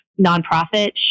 nonprofit